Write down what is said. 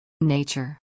Nature